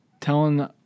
telling